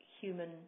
human